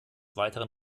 weiteren